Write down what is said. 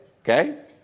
Okay